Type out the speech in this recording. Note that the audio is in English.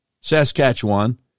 Saskatchewan